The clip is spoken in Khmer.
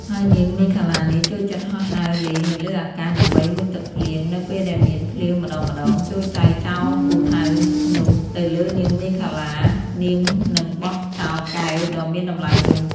ហើយនាងមេខលានេះ ចូលចិត្តហោះហើរលេងនៅលើអាកាសដើម្បីមុជទឹកភ្លៀងនៅពេលដែលមានភ្លៀងម្តងៗ ចូរចៅចោលពូថៅនោះទៅលើនាងមេខលា នាងនឹងបោះចោលកែវដ៏មានតម្លៃនោះ។